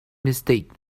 mistake